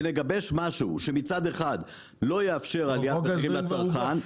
ונגבש משהו שמצד אחד לא יאפשר עליית מחירים לצרכן,